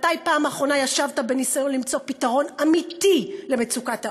מתי פעם אחרונה ישבת בניסיון למצוא פתרון אמיתי למצוקת העוני,